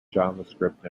javascript